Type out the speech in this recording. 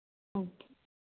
okay